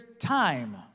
time